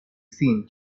seen